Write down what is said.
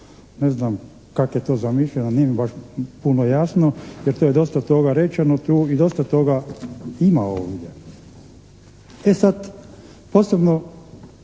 Ne znam kako je to zamišljeno, nije mi baš puno jasno jer tu je dosta toga rečeno tu i dosta toga ima ovdje. E sad posebno